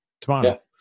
tomorrow